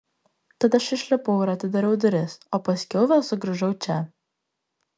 tad aš išlipau ir atidariau duris o paskiau vėl sugrįžau čia